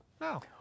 No